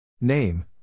Name